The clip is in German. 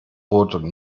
wurde